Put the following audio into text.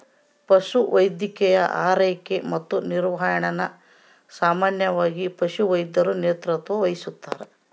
ಪಶುವೈದ್ಯಕೀಯ ಆರೈಕೆ ಮತ್ತು ನಿರ್ವಹಣೆನ ಸಾಮಾನ್ಯವಾಗಿ ಪಶುವೈದ್ಯರು ನೇತೃತ್ವ ವಹಿಸ್ತಾರ